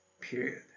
period